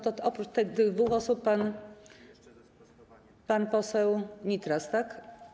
To oprócz tych dwóch osób pan poseł Nitras, tak?